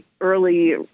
early